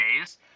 days